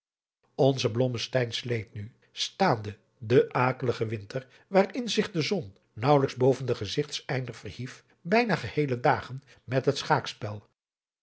blommesteyn sleet nu staande den akeligen winter waarin zich de zon naauwelijks boven den gezigteinder verhief bijna geheele dagen met het schaakspel